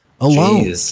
alone